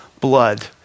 blood